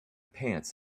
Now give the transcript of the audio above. pants